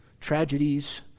tragedies